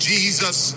Jesus